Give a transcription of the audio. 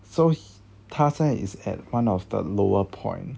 so he 他在 is at one of the lower point